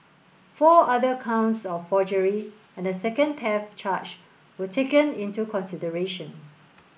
four other counts of forgery and a second theft charge were taken into consideration